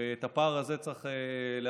ואת הפער הזה צריך להשלים.